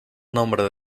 nombre